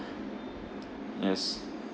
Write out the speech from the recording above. yes